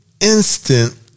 instant